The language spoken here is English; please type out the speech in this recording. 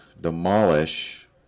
demolish